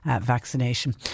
vaccination